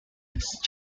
next